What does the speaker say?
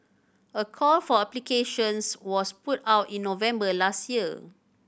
a call for applications was put out in November last year